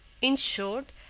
in short,